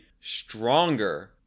stronger